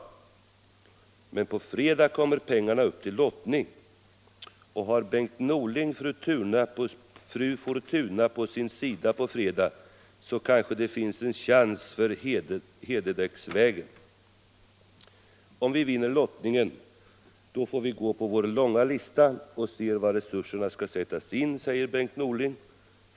Men på fredag kommer pengarna upp till lottning. Och har Bengt Norling Fru Fortuna på sin sida på fredag så kanske det finns en chans för Hedekasvägen. - Om vi vinner lottningen får vi gå på vår långa lista och se var resurserna skall sättas in, sade Bengt Norling i går.